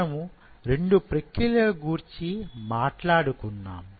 మనము రెండు ప్రక్రియల గూర్చి మాట్లాడుకున్నాము